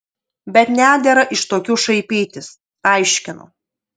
bet nedera iš tokių šaipytis aiškinu